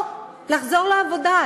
או לחזור לעבודה,